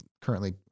currently